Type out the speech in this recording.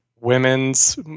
women's